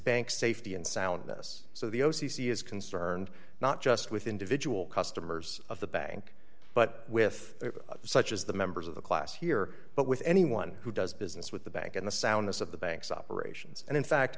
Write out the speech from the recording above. banks safety and soundness so the o c c is concerned not just with individual customers of the bank but with such as the members of the class here but with anyone who does business with the bank and the soundness of the bank's operations and in fact